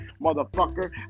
motherfucker